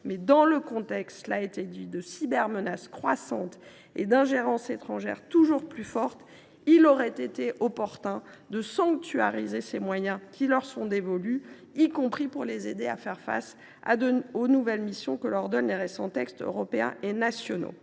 dans le contexte de cybermenaces croissantes et d’ingérences étrangères toujours plus fortes, il aurait été opportun de sanctuariser les moyens qui leur sont dévolus, y compris pour les aider à faire face aux nouvelles missions qui leur ont été confiées par de récents textes européens et nationaux.